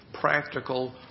practical